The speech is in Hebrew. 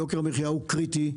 יוקר המחיה הוא קריטי.